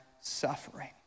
suffering